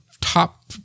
top